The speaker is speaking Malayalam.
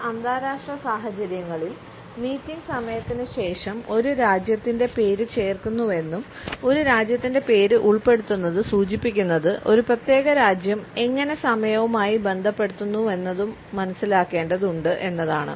ചില അന്താരാഷ്ട്ര സാഹചര്യങ്ങളിൽ മീറ്റിംഗ് സമയത്തിന് ശേഷം ഒരു രാജ്യത്തിന്റെ പേരും ചേർക്കുന്നുവെന്നും ഒരു രാജ്യത്തിന്റെ പേര് ഉൾപ്പെടുത്തുന്നത് സൂചിപ്പിക്കുന്നത് ഒരു പ്രത്യേക രാജ്യം എങ്ങനെ സമയവുമായി ബന്ധപ്പെടുത്തുന്നുവെന്നതു മനസിലാക്കേണ്ടതുണ്ട് എന്നതാണ്